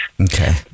Okay